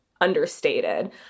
understated